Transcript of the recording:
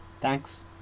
Thanks